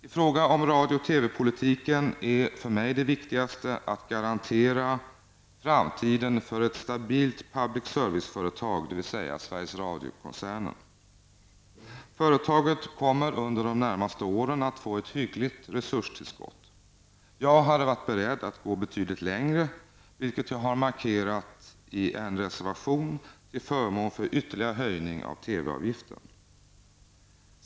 I fråga om radio och TV-politiken är det viktigaste för mig att man garanterar framtiden för ett stabilt public service-företag, dvs. Sveriges Radiokoncernen. Företaget kommer under de närmaste åren att få ett hyggligt resurstillskott. Jag hade varit beredd att gå betydligt längre, vilket jag har markerat i en reservation till förmån för ytterligare höjning av TV-avgiften.